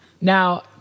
Now